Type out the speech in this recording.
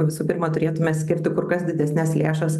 visų pirma turėtume skirti kur kas didesnes lėšas